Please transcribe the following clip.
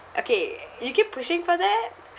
okay you keep pushing for that